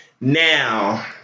Now